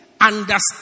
understand